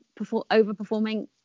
overperforming